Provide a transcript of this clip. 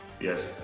Yes